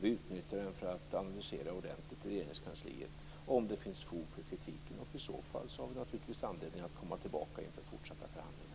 Vi utnyttjar den för att analysera detta ordentligt i Regeringskansliet och se om det finns fog för kritiken. I så fall har vi naturligtvis anledning att komma tillbaka inför fortsatta förhandlingar.